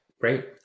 Great